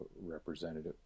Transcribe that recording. representative